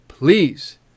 Please